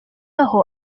aho